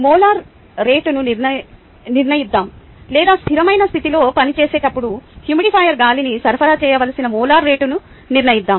molar రేటును నిర్ణయిద్దాం లేదా స్థిరమైన స్థితిలో పనిచేసేటప్పుడు హ్యూమిడిఫైయర్కు గాలిని సరఫరా చేయవలసిన మోలార్ రేటును నిర్ణయిద్దాం